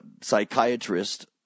psychiatrist